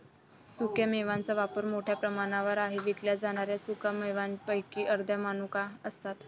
सुक्या मेव्यांचा वापर मोठ्या प्रमाणावर आहे विकल्या जाणाऱ्या सुका मेव्यांपैकी अर्ध्या मनुका असतात